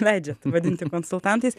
leidžiat vadinti konsultantais